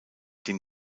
dem